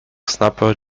snapper